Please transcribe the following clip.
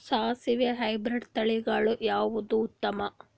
ಸಾಸಿವಿ ಹೈಬ್ರಿಡ್ ತಳಿಗಳ ಯಾವದು ಉತ್ತಮ?